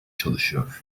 çalışıyor